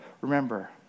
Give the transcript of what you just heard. remember